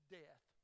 death